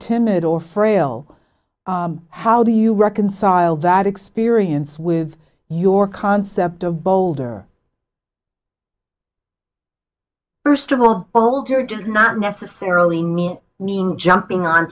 timid or frail how do you reconcile that experience with your concept of boulder first of all altered does not necessarily mean mean jumping on